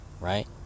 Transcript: Right